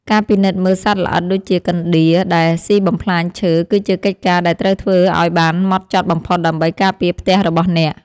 ការពិនិត្យមើលសត្វល្អិតដូចជាកណ្ដៀរដែលស៊ីបំផ្លាញឈើ គឺជាកិច្ចការដែលត្រូវធ្វើឱ្យបានហ្មត់ចត់បំផុតដើម្បីការពារផ្ទះរបស់អ្នក។